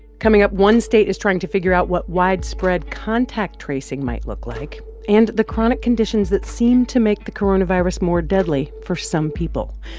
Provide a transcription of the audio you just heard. coming up, one state is trying to figure out what widespread contact tracing might look like and the chronic conditions that seem to make the coronavirus more deadly for some people.